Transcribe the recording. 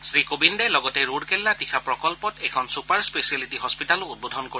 শ্ৰীকোবিন্দে লগতে ৰুৰকেল্লা তীখা প্ৰকল্পত এখন চুপাৰ স্পেচিয়েলিটি হস্পিতালো উদ্বোধন কৰিব